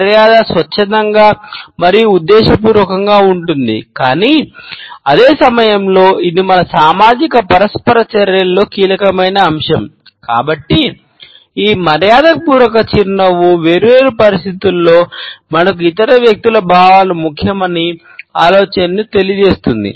మర్యాదపూర్వక చిరునవ్వు వేర్వేరు పరిస్థితులలో మనకు ఇతర వ్యక్తుల భావాలు ముఖ్యమని ఈ ఆలోచనను తెలియజేస్తుంది